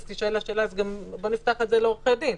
אז תישאל השאלה: אז בואו נפתח את זה לעורכי הדין,